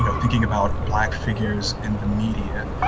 you know thinking about black figures in the media,